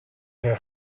had